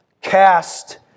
cast